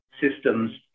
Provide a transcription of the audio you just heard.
systems